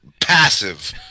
Passive